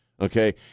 okay